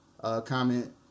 comment